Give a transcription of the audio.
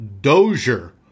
Dozier